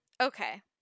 Okay